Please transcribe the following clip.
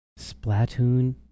Splatoon